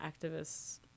activists